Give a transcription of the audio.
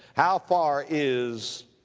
how far is,